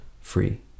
free